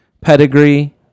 pedigree